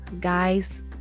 guys